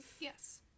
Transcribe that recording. Yes